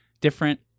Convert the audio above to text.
different